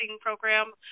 program